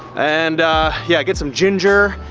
and yeah, get some ginger.